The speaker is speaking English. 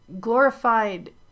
glorified